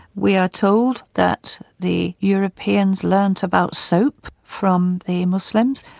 we are told that the europeans learnt about soap from the muslims,